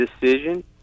decision